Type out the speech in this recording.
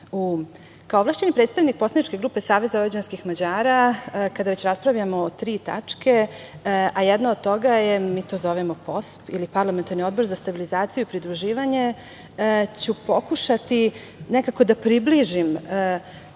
ovlašćeni predstavnik Poslaničke grupe SVM kada već raspravljamo o tri tačke, a jedna od toga je, mi to zovemo POSP ili Parlamentarni odbor za stabilizaciju i pridruživanje, ću pokušati nekako da približim